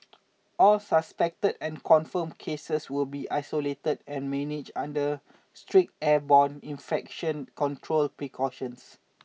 all suspected and confirmed cases will be isolated and managed under strict airborne infection control precautions